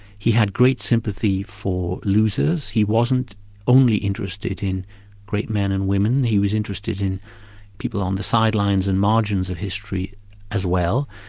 he had great sympathy for losers, he wasn't only interested in great men and women, he was interested in people on the sidelines and margins of history as well.